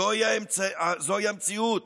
זוהי המציאות